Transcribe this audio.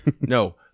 No